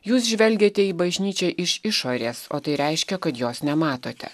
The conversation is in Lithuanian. jūs žvelgiate į bažnyčią iš išorės o tai reiškia kad jos nematote